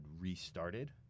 restarted